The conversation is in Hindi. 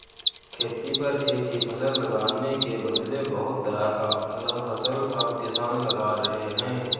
खेती पर एक ही फसल लगाने के बदले बहुत तरह का फसल अब किसान लगा रहे हैं